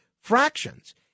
fractions